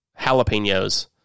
jalapenos